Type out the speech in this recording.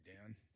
Dan